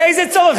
לאיזה צורך?